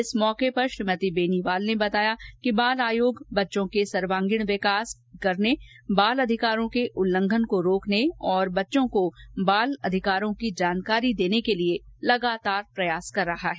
इस मौके पर श्रीमती बेनीवाल ने बताया कि बाल आयोग बच्चों का सर्वागीण विकास करने बाल अधिकारों के उल्लघन को रोकने और बच्चों को बाल अधिकारों की जानकारी देने के लिए लगातार प्रयास कर रहा है